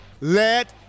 Let